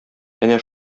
әнә